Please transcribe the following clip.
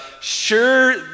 sure